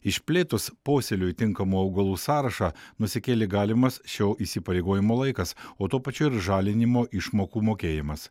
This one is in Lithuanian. išplėtus posėliui tinkamų augalų sąrašą nusikėlė galimas šio įsipareigojimo laikas o tuo pačiu ir žalinimo išmokų mokėjimas